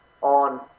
on